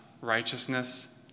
righteousness